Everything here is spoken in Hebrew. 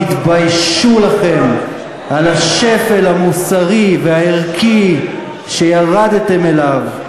תתביישו לכם על השפל המוסרי והערכי שירדתם אליו.